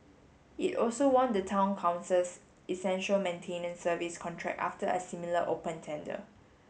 it also won the Town Council's essential maintenance service contract after a similar open tender